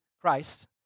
Christ